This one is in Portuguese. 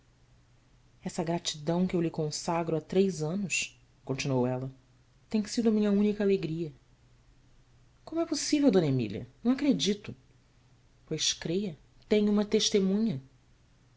esta gratidão que eu lhe consagro há três anos continuou ela tem sido a minha única alegria omo é possível d emília não acredito ois creia tenho uma testemunha